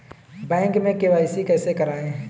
Bank में KYC कैसे करायें?